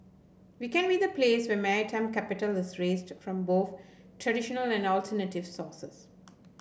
we can be the place where maritime capital is raised from traditional and alternative sources